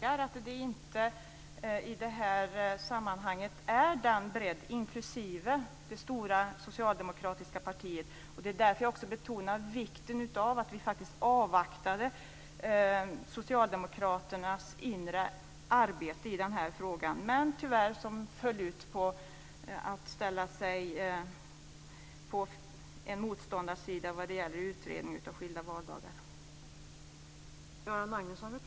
Fru talman! Då vill jag upprepa det som jag sade i mitt anförande. Jag beklagar att den bredden inte finns i detta sammanhang och att det stora socialdemokratiska partiet inte inkluderas. Det är därför jag också betonar vikten av att vi avvaktade Socialdemokraternas inre arbete i denna fråga. Tyvärr föll det ut så, att man ställde sig på motståndarsidan vad det gäller utredning av förslaget om skilda valdagar.